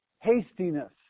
hastiness